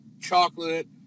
chocolate